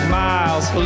miles